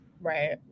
Right